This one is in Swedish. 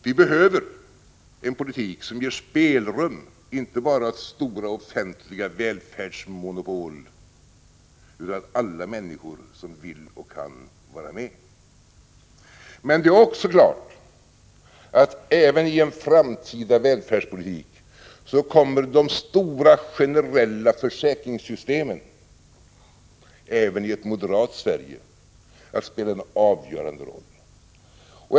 Vi behöver en politik som ger spelrum inte bara åt stora offentliga välfärdsmonopol utan för alla människor som vill och kan vara med. Men det är också klart att i en framtida välfärdspolitik kommer de stora generella försäkringssystemen, även i ett moderat Sverige, att spela en avgörande roll.